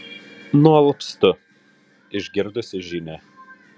nualpstu išgirdusi žinią